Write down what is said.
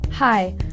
Hi